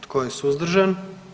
Tko je suzdržan?